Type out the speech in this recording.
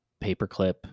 paperclip